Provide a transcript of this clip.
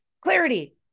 Clarity